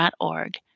org